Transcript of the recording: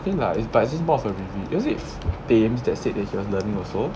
I think like it's but this mod were busy is it dames that said that he was learning also